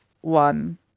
one